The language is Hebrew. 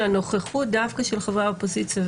שהנוכחות דווקא של חברי האופוזיציה,